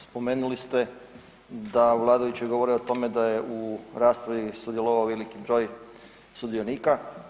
Spomenuli ste da vladajući govore o tome da je u raspravi sudjelovao veliki broj sudionika.